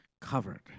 covered